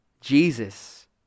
Jesus